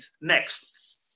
next